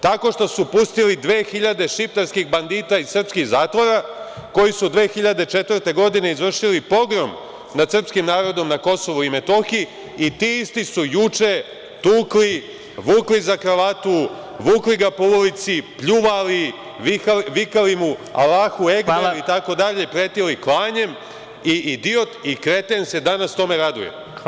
Tako što su pustili 2000 šiptarskih bandita iz srpskih zatvora, koji su 2004. godine izvršili pogrom nad srpskim narodom na Kosovu i Metohiji i ti isti su juče tukli, vukli za kravatu, vukli ga po ulici, pljuvali, vikali mu Alahu egbar, pretili klanjem i idiot i kreten se danas tome raduje.